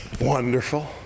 Wonderful